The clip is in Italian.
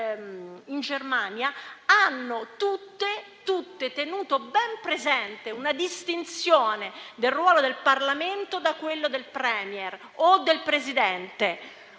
in Germania, hanno tutte tenuto ben presente una distinzione del ruolo del Parlamento da quello del *Premier* o del Presidente,